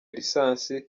lisansi